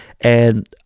and-